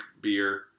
beer